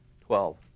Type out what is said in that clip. twelve